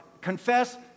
confess